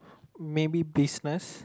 maybe business